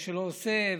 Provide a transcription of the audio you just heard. עושה.